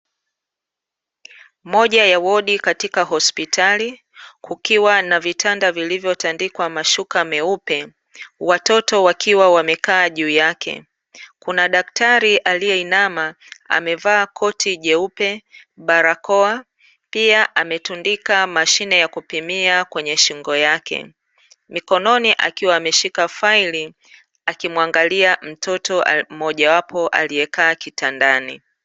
Moja ya wodi katika hospitali, kukiwa na vitanda vilivyotandikwa mashuka meupe, watoto wakiwa wamekaa juu yake, kuna daktari aliyeinama, amevaa koti jeupe, barakoa, pia ametundika mashine ya kupimia kwenye shingo yake, mikononi akiwa ameshika faili, akimuangalia mtoto mmoja wapo aliekaa kitandani.